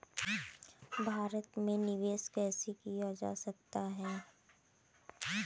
भारत में निवेश कैसे किया जा सकता है?